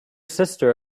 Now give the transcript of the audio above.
sister